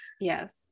Yes